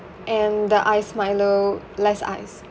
and the ice Milo less ice